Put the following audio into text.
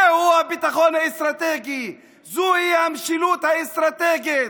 זהו הביטחון האסטרטגי, זוהי המשילות האסטרטגית.